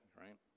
right